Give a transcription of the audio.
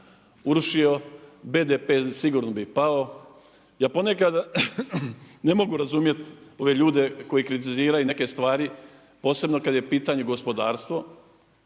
urušio, BDP sigurno bi pao. Ja ponekad ne mogu razumjeti ove ljude koji kritiziraju neke stvari posebno kada je u pitanju gospodarstvo,